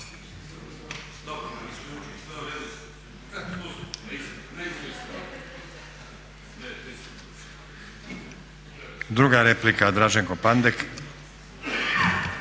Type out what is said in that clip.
Druga replika Draženko Pandek.